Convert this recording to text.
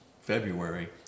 February